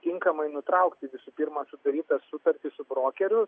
tinkamai nutraukti visų pirma sudarytą sutartį su brokeriu